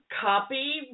copy